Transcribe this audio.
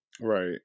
Right